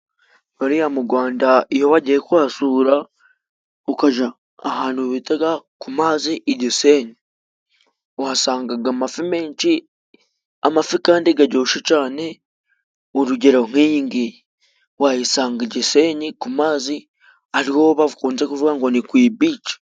Hariya mu Gwanda iyo bagiye kuhasura ukaja ahantu bitaga ku mazi i Gisenyi, uhasangaga amafi menshi, amafi kandi garyoshe cane, urugero nk'iyi ngiyi wayisanga i Gisenyi ku mazi, ariho bakunze kuvuga ngo ni ku ibici.